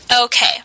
Okay